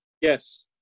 Yes